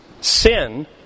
sin